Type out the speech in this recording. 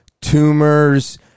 tumors